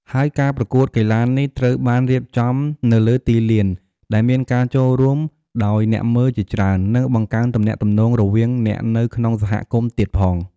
ហើយការប្រកួតកីឡានេះត្រូវបានរៀបចំនៅលើទីលាន ដែលមានការចូលរួមដោយអ្នកមើលជាច្រើន និងបង្កើនទំនាក់ទំនងរវាងអ្នកនៅក្នុងហគមន៍ទៀតផង។